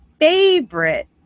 favorite